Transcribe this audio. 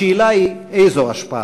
השאלה היא איזו השפעה,